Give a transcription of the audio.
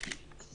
הצבעה לא נתקבלה.